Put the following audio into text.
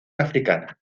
africana